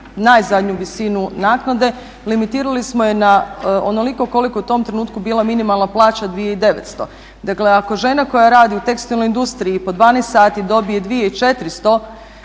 najzadnju visinu naknade, limitirali smo je na onoliko koliko je u tom trenutku bila minimalna plaća 2.900. Dakle ako žena koja radi u tekstilnoj industriji po 12 sati dobije 2.400